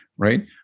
right